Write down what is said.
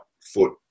foot